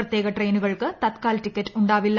പ്രത്യേക ട്രെയിനുകൾക്ക് തത്കാൽ ടിക്കറ്റ് ഉണ്ടാവില്ല